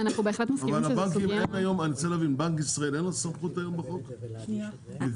אנחנו בהחלט מסכימים שזו סוגיה --- אני רוצה להבין.